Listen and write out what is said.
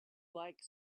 like